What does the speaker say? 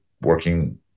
working